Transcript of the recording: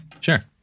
Sure